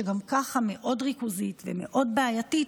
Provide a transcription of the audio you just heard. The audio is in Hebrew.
שגם ככה מאוד ריכוזית ומאוד בעייתית,